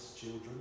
children